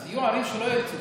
אז יהיו ערים שלא ירצו,